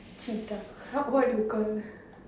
cheetah !huh! what you call